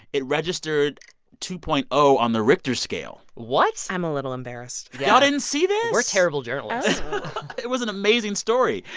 it registered two point zero on the richter scale what? i'm a little embarrassed y'all didn't see this? we're terrible journalists it was an amazing story.